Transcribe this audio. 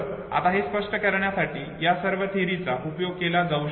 आता हे स्पष्ट करण्यासाठी या सर्व थिअरीचा उपयोग केला जाऊ शकतो